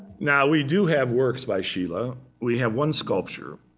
now, we do have works by schiele. ah we have one sculpture,